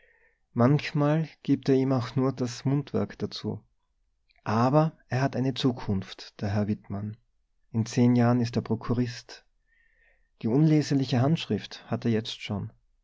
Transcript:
manchmal gibt er ihm auch nur das mundwerk dazu aber er hat eine zukunft der herr wittmann in zehn jahren ist er prokurist die unleserliche handschrift hat er jetzt schon